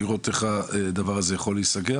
על מנת איך הדבר הזה יכול להיסגר.